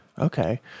Okay